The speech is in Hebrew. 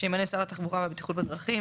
שימנה שר התחבורה והבטיחות בדרכים,